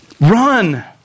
Run